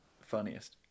funniest